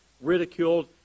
ridiculed